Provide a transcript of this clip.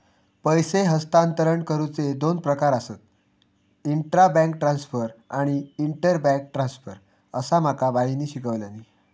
पैसे हस्तांतरण करुचे दोन प्रकार आसत, इंट्रा बैंक ट्रांसफर आणि इंटर बैंक ट्रांसफर, असा माका बाईंनी शिकवल्यानी